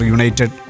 United